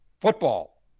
football